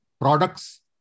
products